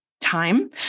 time